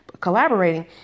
collaborating